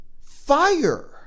fire